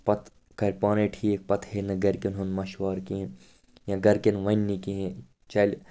پَتہٕ کَرِ پانے ٹھیٖک پَتہٕ ہیٚیہِ نہٕ گَرِکیٚن ہُنٛد مَشورٕ کِہیٖنٛۍ یا گَرِکٮ۪ن وَنہِ نہٕ کِہیٖنٛۍ چَلہِ